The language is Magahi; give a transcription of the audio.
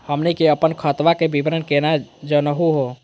हमनी के अपन खतवा के विवरण केना जानहु हो?